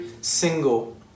single